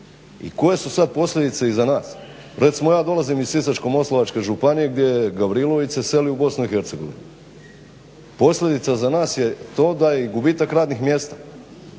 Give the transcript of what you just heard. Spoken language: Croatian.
I koje su sada posljedice i za nas. Recimo ja dolazim i Sisačko-moslavačke županije gdje Gavrilović se seli u Bosnu i Hercegovinu. Posljedica za nas je to da i gubitak radnih mjesta.